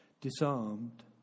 disarmed